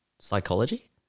Psychology